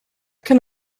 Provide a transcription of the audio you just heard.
can